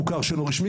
מוכר שאינו רשמי,